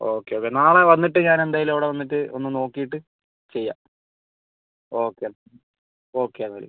okay അപ്പം നാളെ വന്നിട്ട് ഞാൻ എന്തായാലും വന്നിട്ട് ഒന്ന് നോക്കിയിട്ട് ചെയ്യാം ഓക്കെ എന്നാൽ ഓക്കെ എന്നാൽ